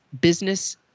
business